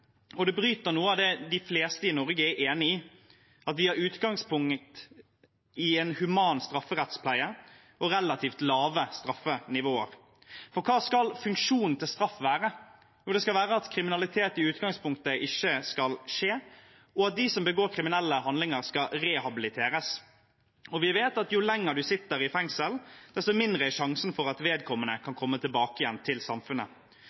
og at det bryter noe av det de fleste i Norge er enig i: at vi har utgangspunkt i en human strafferettspleie og relativt lave straffenivåer. For hva skal funksjonen til straff være? Jo, det skal være at kriminalitet i utgangspunktet ikke skal skje, og at de som begår kriminelle handlinger, skal rehabiliteres. Og vi vet at jo lenger man sitter i fengsel, desto mindre er sjansen for at vedkommende kan komme tilbake igjen til samfunnet.